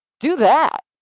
do that.